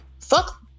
fuck